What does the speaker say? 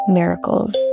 miracles